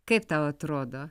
kaip tau atrodo